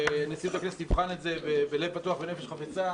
והנשיאות הכנסת תבחן את זה בלב פתוח ובנפש חפצה,